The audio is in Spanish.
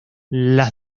las